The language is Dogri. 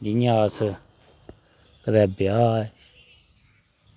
जियां अस कुतै ब्याह्